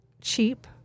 cheap